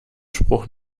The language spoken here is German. spruch